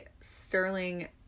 sterling